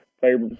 favorite